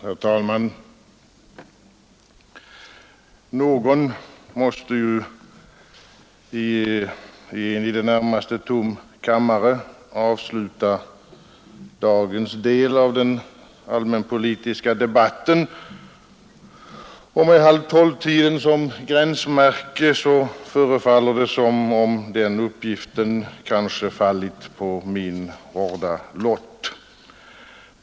Herr talman! Någon måste ju i en i det närmaste tom kammare avsluta dagens del av den allmänpolitiska debatten, och med halvtolvtiden som gränsmärke förefaller det som om den uppgiften fallit på min hårda lott.